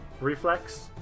reflex